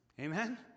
Amen